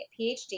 PhD